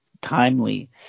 timely